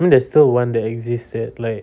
I mean there's still one that exists that like